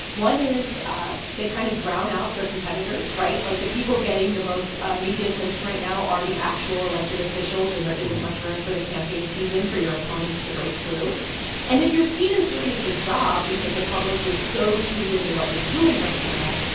one is ah they kind of drown out their competitors, right? like, the people getting the most media attention right now are the actual elected officials. and there isn't much room for the campaign season for your opponents to break through and if you're seen as doing a good job because the public is so tuned into what you're doing right now,